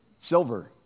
Silver